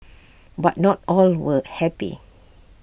but not all were happy